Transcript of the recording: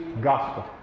Gospel